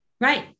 Right